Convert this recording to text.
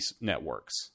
networks